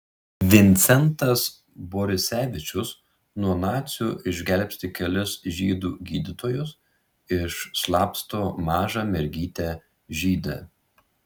vincentas borisevičius nuo nacių išgelbsti kelis žydų gydytojus išslapsto mažą mergytę žydę